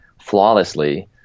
flawlessly